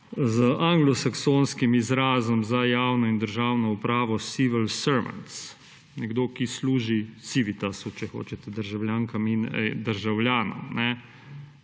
z anglosaksonskim izrazom za javno in državno upravo civil servants; nekdo, ki služi civitasu, če hočete, državljankam in državljanom.